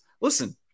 listen